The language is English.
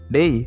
Day